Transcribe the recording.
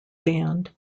band